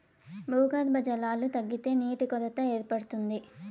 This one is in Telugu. భూగర్భ జలాలు తగ్గితే నీటి కొరత ఏర్పడుతుంది